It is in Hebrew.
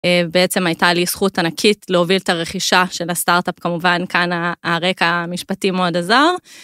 בעצם הייתה לי זכות ענקית להוביל את הרכישה של הסטארט-אפ כמובן כאן הרקע המשפטי מאוד עזר.